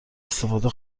استفاده